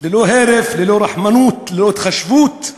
ללא הרף, ללא רחמנות, ללא התחשבות.